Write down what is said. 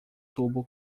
tubo